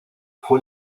fue